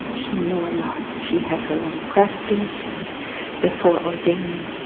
she knew a lot. she had her own practice before ordaining.